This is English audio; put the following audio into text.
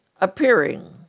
appearing